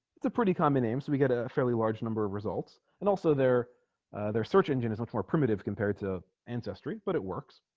it's a pretty common name so we get a fairly large number of results and also their their search engine is much more primitive compared to ancestry but it works